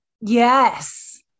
Yes